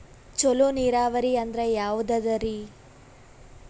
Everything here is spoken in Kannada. ಚಲೋ ನೀರಾವರಿ ಅಂದ್ರ ಯಾವದದರಿ?